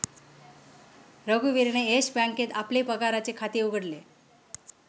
रघुवीरने येस बँकेत आपले पगाराचे खाते उघडले